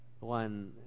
one